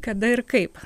kada ir kaip